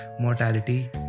mortality